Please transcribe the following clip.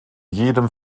jedem